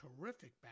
terrific